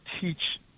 teach